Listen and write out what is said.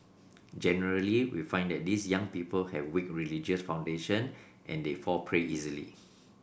generally we find that these young people have weak religious foundation and they fall prey easily